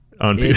On